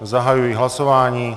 Zahajuji hlasování.